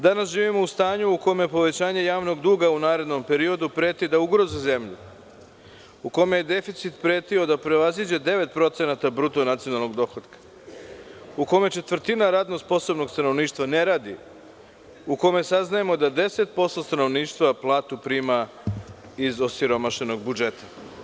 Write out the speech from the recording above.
Danas živimo u stanju u kome povećanje javnog duga u narednom periodu preti da ugrozi zemlju, u kome je deficit pretio da prevaziđe 9% bruto nacionalnog dohotka, u kome četvrtina radno sposobnog stanovništva ne radi, u kome saznajemo da 10% stanovništva platu prima iz osiromašenog budžeta.